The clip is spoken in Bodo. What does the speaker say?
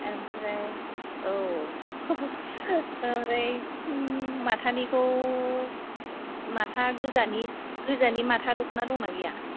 ओमफ्राय औ ओमफ्राय माथानिखौ माथा गोजानि माथा दंना गैया